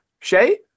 Shay